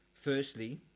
Firstly